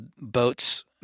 boats